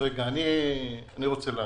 אני מבקש להשיב.